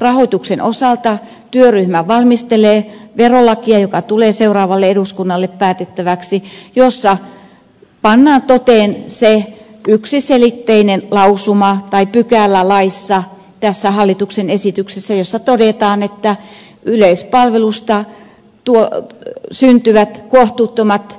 rahoituksen osalta työryhmä valmistelee verolakia joka tulee seuraavalle eduskunnalle päätettäväksi jossa pannaan toteen se yksiselitteinen lausuma tai pykälä laissa tässä hallituksen esityksessä jossa todetaan että yleispalvelusta syntyvät kohtuuttomat